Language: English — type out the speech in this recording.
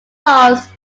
lost